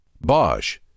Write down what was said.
Bosch